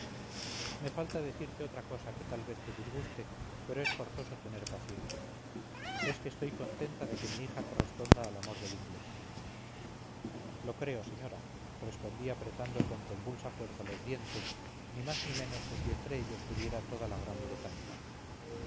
me falta decirte otra cosa que tal vez te disguste pero es forzoso tener paciencia es que estoy contenta de que mi hija corresponda al amor del inglés lo creo señora respondí apretando con convulsa fuerza los dientes ni más ni menos que si entre ellos tuviera toda la gran bretaña